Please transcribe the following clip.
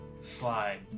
slide